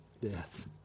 death